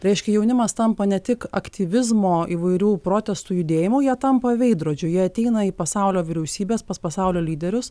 reiškia jaunimas tampa ne tik aktyvizmo įvairių protestų judėjimu jie tampa veidrodžiu jie ateina į pasaulio vyriausybes pas pasaulio lyderius